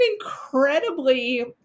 incredibly